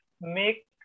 make